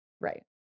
Right